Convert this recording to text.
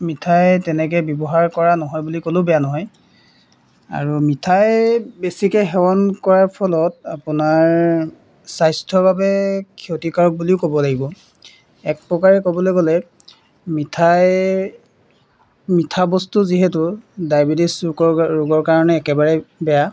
মিঠাই তেনেকৈ ব্যৱহাৰ কৰা নহয় বুলি ক'লেও বেয়া নহয় আৰু মিঠাই বেছিকৈ সেৱন কৰাৰ ফলত আপোনাৰ স্বাস্থ্যৰ বাবে ক্ষতিকাৰক বুলিও ক'ব লাগিব এক প্ৰকাৰে ক'বলৈ গ'লে মিঠাই মিঠা বস্তু যিহেতু ডায়েবেটিছ ৰোগৰ কা ৰোগৰ কাৰণে একেবাৰে বেয়া